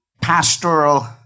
pastoral